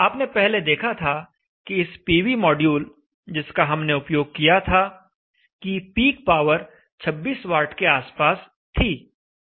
आपने पहले देखा था कि इस पीवी माड्यूल जिसका हमने उपयोग किया था की पीक पावर 26 वाट के आसपास थी